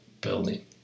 building